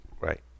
Right